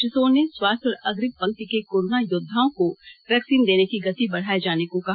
श्री सोन ने स्वास्थ्य और अग्रिम पंक्ति के कोरोना योद्वाओं को वैक्सीन देने की गति बढ़ाए जाने को कहा